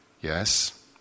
Yes